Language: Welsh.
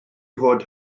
fod